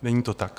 Není to tak.